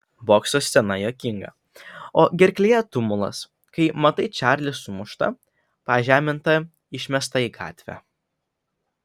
bokso scena juokinga o gerklėje tumulas kai matai čarlį sumuštą pažemintą išmestą į gatvę